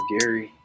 Gary